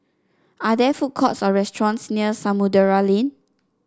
are there food courts or restaurants near Samudera Lane